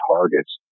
Targets